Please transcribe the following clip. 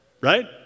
right